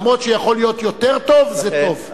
אומנם יכול להיות יותר טוב, אבל זה טוב.